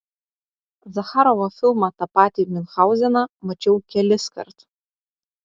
zacharovo filmą tą patį miunchauzeną mačiau keliskart